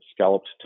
Scalloped